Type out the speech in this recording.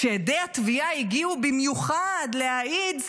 כשעדי התביעה הגיעו במיוחד להעיד,